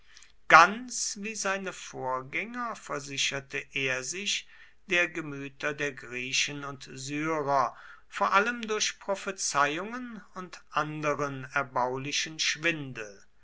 ganz wie seine vorgänger versicherte er sich der gemüter der griechen und syrer vor allem durch prophezeiungen und anderen erbaulichen schwindel